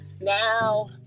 now